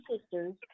sisters